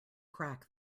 crack